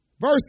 Verse